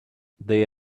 they